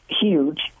huge